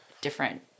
different